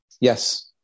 Yes